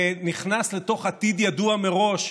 ונכנס לתוך עתיד ידוע מראש,